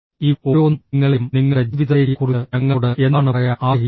ഇവ ഓരോന്നും നിങ്ങളെയും നിങ്ങളുടെ ജീവിതത്തെയും കുറിച്ച് ഞങ്ങളോട് എന്താണ് പറയാൻ ആഗ്രഹിക്കുന്നത്